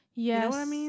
Yes